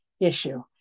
issue